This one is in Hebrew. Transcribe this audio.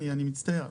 אני מצטער.